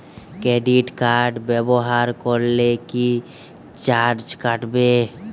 Credit card ব্যাবহার করলে কি চার্জ কাটবে?